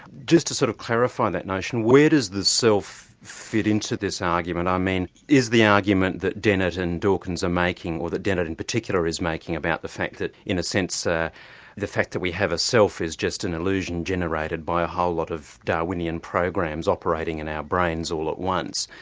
just to sort of clarify that notion where does the self fit into this argument, i mean is the argument that dennett and dawkins are making, or that dennett in particular is making about the fact that in a sense ah the fact that we have a self is just an illusion generated by a whole lot of darwinian programs operating in our brains all at once,